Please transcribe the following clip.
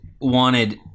wanted